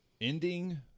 ending